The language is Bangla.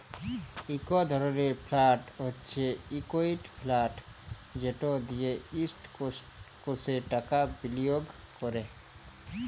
ইক ধরলের ফাল্ড হছে ইকুইটি ফাল্ড যেট দিঁয়ে ইস্টকসে টাকা বিলিয়গ ক্যরে